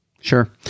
Sure